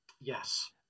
Yes